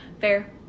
Fair